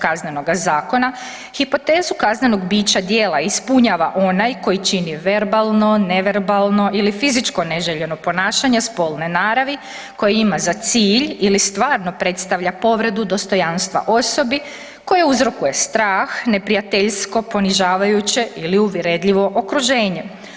Kaznenoga zakona hipotezu kaznenog bića djela ispunjava onaj koji čini verbalno, neverbalno ili fizičko neželjeno ponašanje spolne naravi koje ima za cilj ili stvarno predstavlja povredu dostojanstva osobi koji uzrokuje strah, neprijateljsko, ponižavajuće ili uvredljivo okruženje.